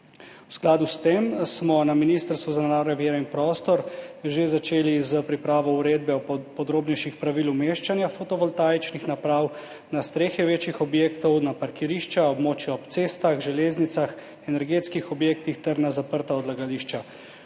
V skladu s tem smo na Ministrstvu za naravne vire in prostor že začeli s pripravo uredbe o podrobnejših pravil umeščanja fotovoltaičnih naprav na strehe večjih objektov, na parkirišča, območja ob cestah, železnicah, energetskih objektih ter na zaprta odlagališča.